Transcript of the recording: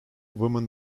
women